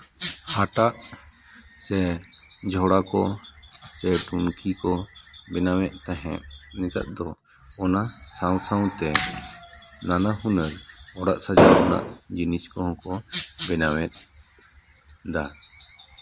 ᱦᱟᱴᱟᱜ ᱥᱮ ᱡᱷᱚᱲᱟ ᱠᱚ ᱥᱮ ᱴᱩᱝᱠᱤ ᱠᱚ ᱵᱮᱱᱟᱣᱮᱜ ᱛᱟᱦᱮᱸᱫ ᱱᱮᱛᱟᱨ ᱫᱚ ᱚᱱᱟ ᱥᱟᱶ ᱥᱟᱶᱛᱮ ᱱᱟᱱᱟ ᱦᱩᱱᱟᱹᱨ ᱚᱲᱟᱜ ᱥᱟᱡᱟᱣ ᱨᱮᱱᱟᱜ ᱡᱤᱱᱤᱥ ᱠᱚᱦᱚᱸ ᱠᱚ ᱵᱮᱱᱟᱣᱮᱫ ᱫᱟ